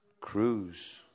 Cruise